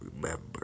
remember